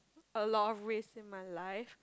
a lot of risk in my life